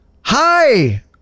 hi